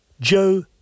Joe